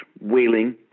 wailing